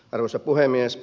arvoisa puhemies